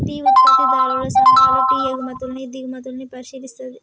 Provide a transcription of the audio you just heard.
tea ఉత్పత్తిదారుల సంఘాలు tea ఎగుమతుల్ని దిగుమతుల్ని పరిశీలిస్తది